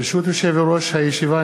ברשות יושב-ראש הישיבה,